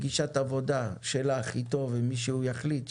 פגישת עבודה שלך אתו ועם מי שהוא יחליט שיצטרף,